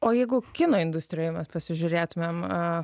o jeigu kino industrijoje mes pasižiūrėtumėme